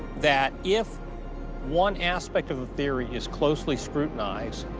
that if one aspect of a theory is closely scrutinized,